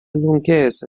lunghezza